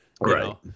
Right